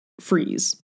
freeze